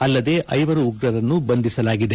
ಅಲ್ಲದೆ ಐವರು ಉಗ್ರರನ್ನು ಬಂಧಿಸಲಾಗಿದೆ